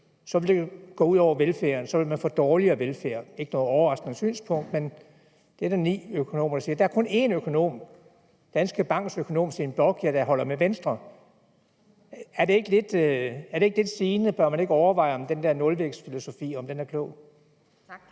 så vil det gå ud over velfærden, og så vil man få dårligere velfærd. Det er ikke noget overraskende synspunkt, men det er der ni økonomer, der siger. Der er kun én økonom, der holder med Venstre, nemlig Danske Banks økonom, Steen Bocian. Er det ikke lidt sigende? Bør man ikke overveje, om den der nulvækstfilosofi er klog? Kl.